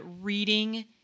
reading